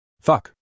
Fuck